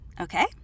okay